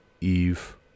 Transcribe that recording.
Eve